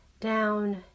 down